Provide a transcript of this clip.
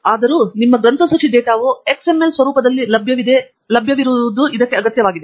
ಆದಾಗ್ಯೂ ನಿಮ್ಮ ಗ್ರಂಥಸೂಚಿ ಡೇಟಾವು XML ಸ್ವರೂಪದಲ್ಲಿ ಲಭ್ಯವಿದೆ ಎಂದು ಇದು ಅಗತ್ಯವಿದೆ